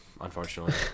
unfortunately